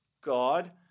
God